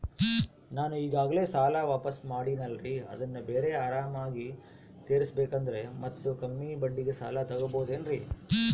ನಾನು ಈಗಾಗಲೇ ಸಾಲ ವಾಪಾಸ್ಸು ಮಾಡಿನಲ್ರಿ ಅದನ್ನು ಆರಾಮಾಗಿ ತೇರಿಸಬೇಕಂದರೆ ಮತ್ತ ಕಮ್ಮಿ ಬಡ್ಡಿಗೆ ಸಾಲ ತಗೋಬಹುದೇನ್ರಿ?